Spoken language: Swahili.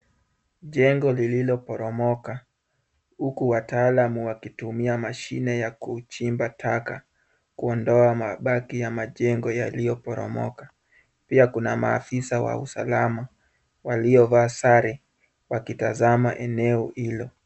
Jengo lililoporomoka huku wataalam wakitumia mashine ya kuchimba taka kuondoa mabaki ya majengo yaliyoporomoka. Pia kuna maafisa wa usalama waliovaa sare wakitazama eneo hilo.